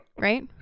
Right